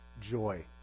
joy